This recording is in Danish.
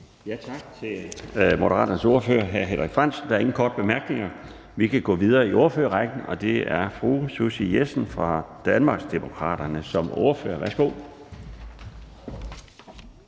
Tak til Moderaternes ordfører, hr. Henrik Frandsen. Der er ingen korte bemærkninger. Vi kan nu gå videre i ordførerrækken, og det er fru Susie Jessen fra Danmarksdemokraterne som ordfører. Værsgo.